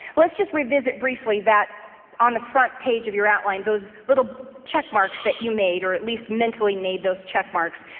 let's just revisit briefly that on the front page of you outline, those little check marks that you made, or at least mentally made those check marks.